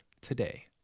today